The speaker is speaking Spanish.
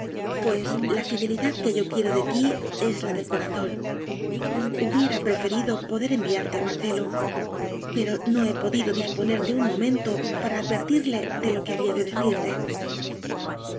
pues la fidelidad que yo quiero de ti es la del corazón hubiera preferido poder enviarte a marcelo pero no he podido disponer de un mo mento para advertirle de lo que había de decirte